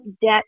debt